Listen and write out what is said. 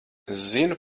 zinu